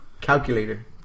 calculator